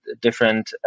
different